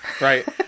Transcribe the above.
right